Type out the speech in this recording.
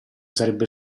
sarebbe